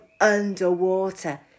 underwater